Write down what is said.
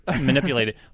manipulated